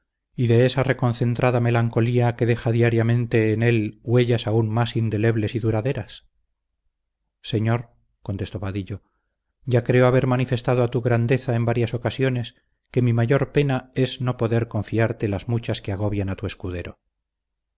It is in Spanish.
y de esa reconcentrada melancolía que deja diariamente en él huellas aún más indelebles y duraderas señor contestó vadillo ya creo haber manifestado a tu grandeza en varias ocasiones que mi mayor pena es no poder confiarte las muchas que agobian a tu escudero